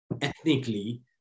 ethnically